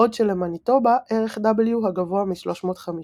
בעוד שלמניטובה ערך W הגבוה מ-350 .